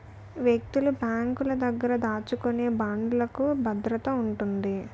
వ్యక్తులు బ్యాంకుల దగ్గర దాచుకునే బాండ్లుకు భద్రత ఉంటుంది